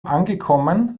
angekommen